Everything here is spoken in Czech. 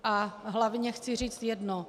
A hlavně chci říct jedno.